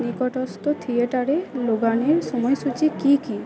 নিকটস্থ থিয়েটারে লোগানের সময়সূচি কী কী